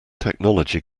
technology